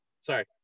Sorry